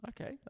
Okay